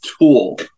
tool